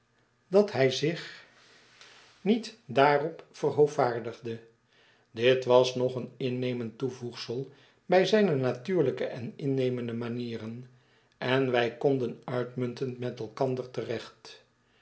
dat hij zich niet daarop verhoovaardigde dit was nog een innemend toevoegsel bij zijne natuurlijke en innemende manieren en wij konden uitmuntend met elkander